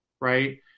Right